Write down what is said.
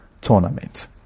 tournament